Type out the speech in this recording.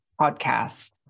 podcast